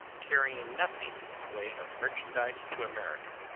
carrying nothing in the way of merchandise to america,